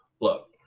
look